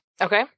Okay